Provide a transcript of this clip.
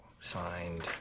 Signed